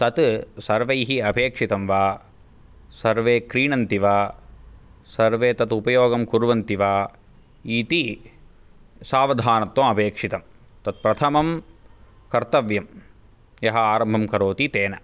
तत् सर्वैः अपेक्षितं वा सर्वे क्रीणन्ति वा सर्वे तत् उपयोगं कुर्वन्ति वा इति सावधानत्वम् अपेक्षितम् तत् प्रथमं कर्तव्यं यः आरम्भं करोति तेन